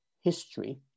history